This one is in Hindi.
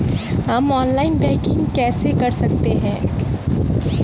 हम ऑनलाइन बैंकिंग कैसे कर सकते हैं?